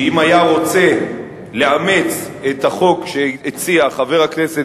שאם היה רוצה לאמץ את החוק שהציע חבר הכנסת